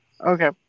Okay